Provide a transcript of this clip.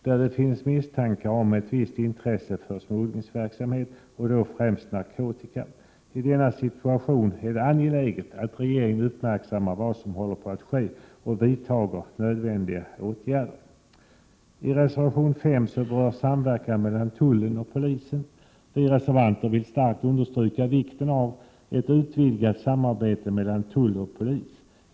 Där finns misstanke om ett visst intresse för smugglingsverksamhet, främst när det gäller narkotika. I denna situation är det angeläget att regeringen uppmärksammar vad som håller på att ske och vidtar nödvändiga åtgärder. I reservation 5 berörs samverkan mellan tullen och polisen. Vi reservanter vill starkt understryka vikten av ett utvidgat samarbete mellan tull och polis.